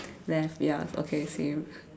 left ya okay same